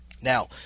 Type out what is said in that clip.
Now